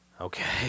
Okay